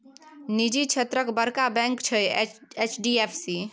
निजी क्षेत्रक बड़का बैंक छै एच.डी.एफ.सी